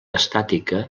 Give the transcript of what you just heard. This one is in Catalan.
estàtica